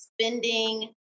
spending